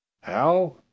How